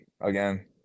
again